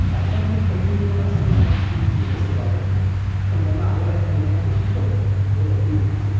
भारतामध्ये कठीण वगैरे असा काही हा विषय नाही आहे तसं पाहिलं तर पण ज्यांना आवड आहे त्यांना ह्या गोष्टी सोप्या जातात एवढं बाकी नक्कीच आहे